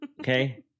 Okay